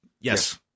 yes